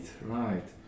right